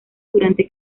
durante